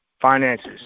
finances